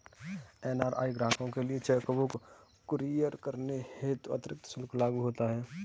NRI ग्राहकों के लिए चेक बुक कुरियर करने हेतु अतिरिक्त शुल्क लागू होता है